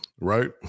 right